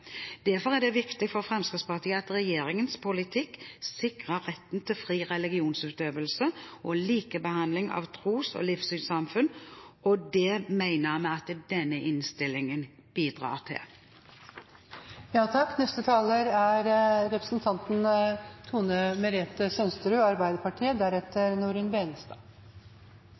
Derfor er det viktig for Fremskrittspartiet at regjeringens politikk sikrer retten til fri religionsutøvelse og likebehandling av tros- og livssynssamfunn. Det mener vi denne innstillingen bidrar til. Representanten